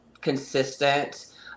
consistent